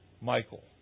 Michael